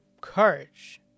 courage